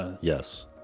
Yes